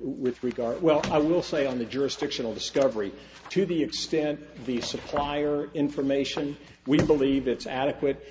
with regard well i will say on the jurisdictional discovery to the extent the supplier information we believe it's adequate